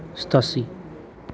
ਸਤਾਸੀ